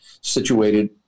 situated